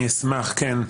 אני אשמח, כן.